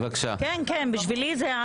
רשמתי.